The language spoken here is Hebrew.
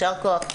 יישר כוח.